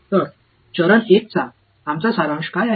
तर चरण 1 चा आमचा सारांश काय आहे